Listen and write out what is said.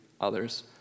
others